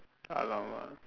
!alamak!